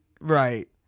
Right